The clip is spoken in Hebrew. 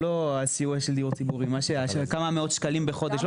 הסיוע של דיור ציבורי של כמה מאות שקלים בחודש,